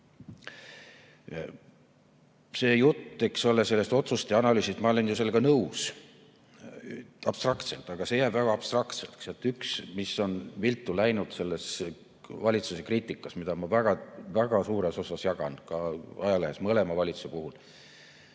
populaarsust. See jutt otsuste analüüsist – ma olen ju sellega nõus. Abstraktselt. Aga see jääb väga abstraktseks. Üks, mis on viltu läinud selles valitsuse kriitikas, mida ma väga suures osas jagan, ka ajalehes, mõlema valitsuse puhul